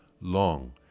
long